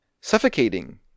suffocating